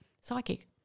psychic